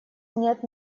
нет